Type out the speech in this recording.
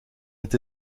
het